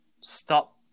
stop